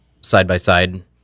side-by-side